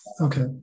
Okay